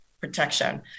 protection